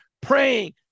praying